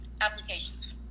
applications